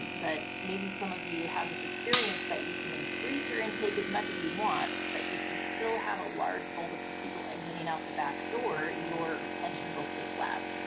but maybe some of you have this experience that you can increase your intake as much as you want, but if you still have a large focus of people exiting out the back door, your retention will stay flat.